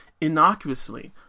innocuously